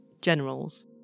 generals